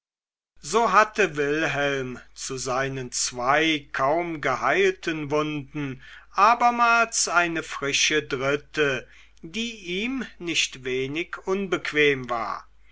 so hatte wilhelm zu seinen zwei kaum geheilten wunden abermals eine frische dritte die ihm nicht wenig unbequem war